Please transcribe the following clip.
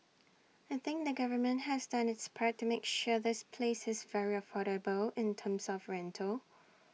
I think the government has done its part to make sure this place is very affordable in terms of rental